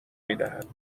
میدهد